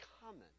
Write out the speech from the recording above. common